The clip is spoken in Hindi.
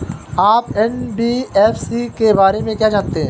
आप एन.बी.एफ.सी के बारे में क्या जानते हैं?